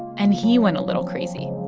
and he went a little crazy.